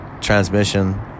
transmission